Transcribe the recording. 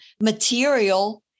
material